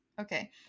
Okay